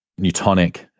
Newtonic